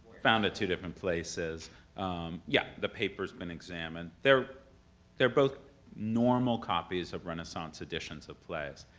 found at two different places yeah, the paper's been examined. they're they're both normal copies of renaissance editions of plays.